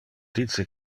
dice